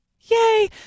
Yay